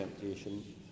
temptation